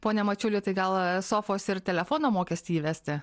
pone mačiuli tai gal sofos ir telefono mokestį įvesti